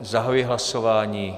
Zahajuji hlasování.